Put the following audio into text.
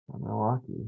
Milwaukee